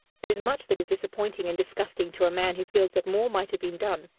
there is much that is disappointing and disgusting to a man who feels that more might have been done,